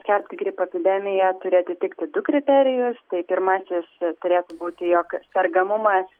skelbti gripo epidemiją turi atitikti du kriterijus tai pirmasis turėtų būti jog sergamumas